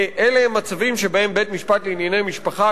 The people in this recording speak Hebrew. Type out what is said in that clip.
אלה הם מצבים שבהם בית-משפט לענייני משפחה,